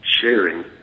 sharing